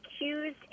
accused